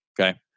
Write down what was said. Okay